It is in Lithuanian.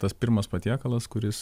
tas pirmas patiekalas kuris